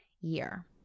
year